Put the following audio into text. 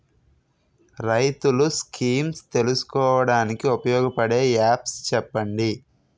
రైతులు స్కీమ్స్ తెలుసుకోవడానికి ఉపయోగపడే యాప్స్ చెప్పండి?